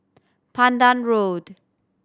Pandan Road